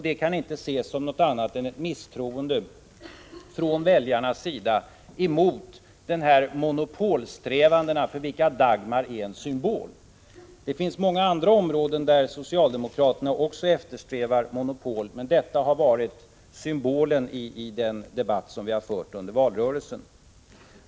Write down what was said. Det kan inte ses som något annat än ett misstroende från väljarna mot de monopolsträvanden för vilka Dagmar är en symbol. Det finns många andra områden där socialdemokraterna eftersträvar monopol, men Dagmar har varit symbolen i den debatt som vi har fört under valrörelsen.